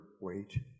weight